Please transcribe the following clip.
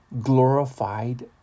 glorified